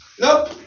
nope